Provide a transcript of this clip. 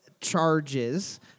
charges